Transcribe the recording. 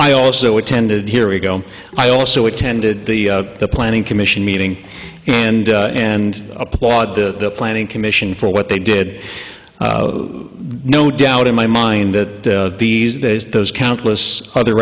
i also attended here we go i also attended the planning commission meeting and and applaud the planning commission for what they did no doubt in my mind that these days those countless other